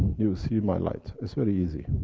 you'll see my light it's very easy.